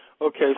Okay